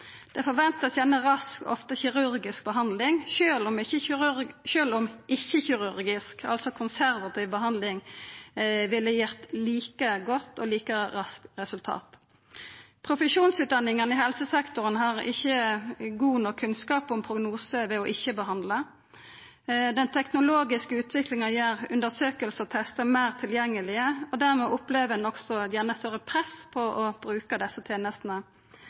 Det vert gjerne forventa rask – ofte kirurgisk – behandling, sjølv om ikkje-kirurgisk – altså konservativ – behandling ville gitt like godt og like raskt resultat. Profesjonsutdanningane i helsesektoren har ikkje god nok kunnskap om prognose ved å ikkje behandla. Den teknologiske utviklinga gjer undersøkingar og testar meir tilgjengelege. Dermed opplever ein gjerne eit større press på å bruka desse tenestene.